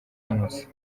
munsi